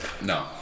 No